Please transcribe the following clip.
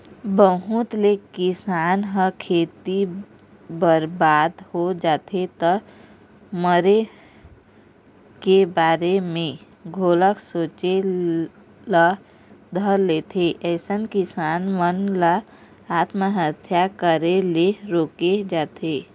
बहुत ले किसान ह खेती बरबाद हो जाथे त मरे के बारे म घलोक सोचे ल धर लेथे अइसन किसान मन ल आत्महत्या करे ले रोके जाथे